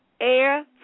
air